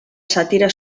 sàtira